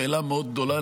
שאלה מאוד גדולה,